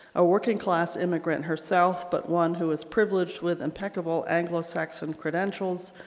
a working-class immigrant herself but one who was privileged with impeccable anglo-saxon credentials.